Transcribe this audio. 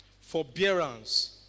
forbearance